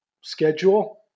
schedule